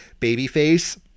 babyface